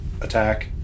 attack